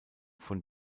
von